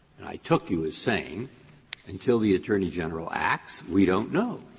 and i took you as saying until the attorney general acts, we don't know,